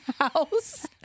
house